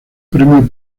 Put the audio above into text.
premio